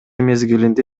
мезгилинде